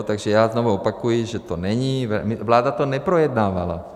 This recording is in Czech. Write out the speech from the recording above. Takže já znovu opakuji, že to není, vláda to neprojednávala.